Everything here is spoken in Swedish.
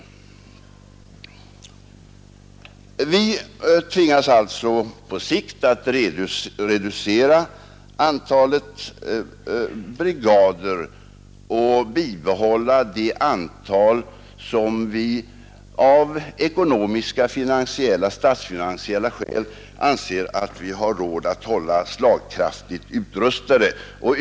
På sikt tvingas vi alltså att reducera antalet brigader och bibehålla enbart det antal som vi av statsfinansiella skäl anser oss ha råd att hålla slagkraftigt utrustade.